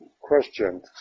question